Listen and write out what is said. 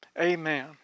Amen